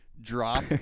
drop